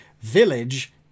Village